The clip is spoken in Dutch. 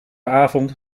avond